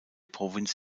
provinz